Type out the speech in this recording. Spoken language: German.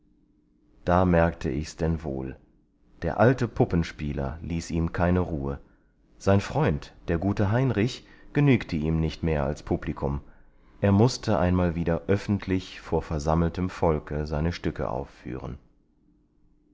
da merkte ich's denn wohl der alte puppenspieler ließ ihm keine ruhe sein freund der gute heinrich genügte ihm nicht mehr als publikum er mußte einmal wieder öffentlich vor versammeltem volke seine stücke aufführen